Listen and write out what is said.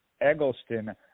Eggleston